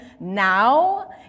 now